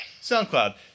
SoundCloud